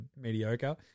mediocre